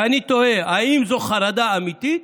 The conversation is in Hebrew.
ואני תוהה: האם זו חרדה אמיתית,